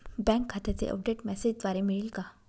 Bank खात्याचे update मेसेजद्वारे मिळेल का?